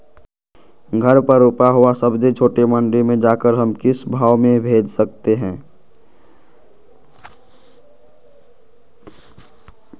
घर पर रूपा हुआ सब्जी छोटे मंडी में जाकर हम किस भाव में भेज सकते हैं?